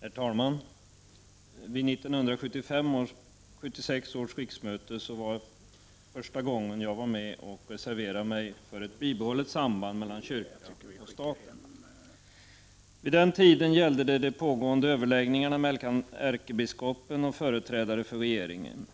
Herr talman! Vid 1975/76 års riksmöte var jag första gången med och reserverade mig för ett bibehållet samband mellan kyrkan och staten. Vid den tiden gällde det de pågående överläggningarna mellan ärkebiskopen och företrädare för regeringen.